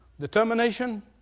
Determination